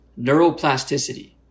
neuroplasticity